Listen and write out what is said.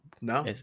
No